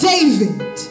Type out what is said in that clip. David